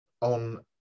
on